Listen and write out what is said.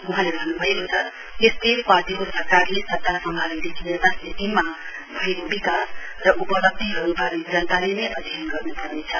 वहाँले भन्नुभयो एसडिएफ पार्टीको सरकारले सत्ता सम्हालेदेखि यता सिक्किममा भएको विकास र उपलब्धीहरूबारे जनताले नै अध्ययन गर्नुपर्नेछ